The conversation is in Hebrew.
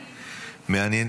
מעניין,